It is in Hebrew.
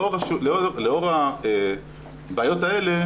לאור הבעיות האלה,